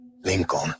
Lincoln